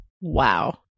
Wow